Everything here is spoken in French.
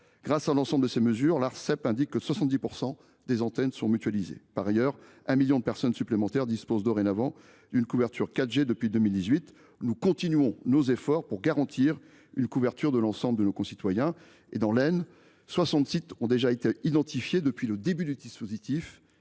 grâce à l’ensemble de ces mesures, 70 % des antennes sont mutualisées. Par ailleurs, 1 million de personnes supplémentaires disposent d’une couverture 4G depuis 2018. Nous continuons nos efforts pour garantir une couverture de l’ensemble de nos concitoyens. Dans l’Aisne, soixante sites ont été identifiés depuis la mise en place du dispositif